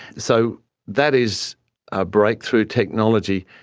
so that is a breakthrough technology.